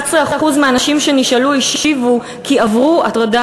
11% מהנשים שנשאלו השיבו כי עברו הטרדה